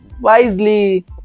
wisely